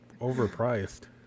overpriced